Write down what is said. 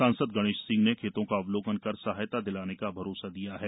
सांसद गणेश सिंह ने खेतों का अवलोकन कर सहायता दिलाने का भरोसा दिया है